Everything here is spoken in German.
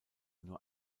nur